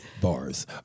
bars